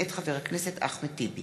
מאת חבר הכנסת איציק שמולי,